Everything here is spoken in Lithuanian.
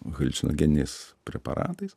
haliucinogeniniais preparatais